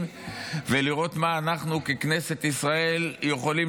ולראות מה אנחנו ככנסת ישראל יכולים,